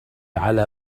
على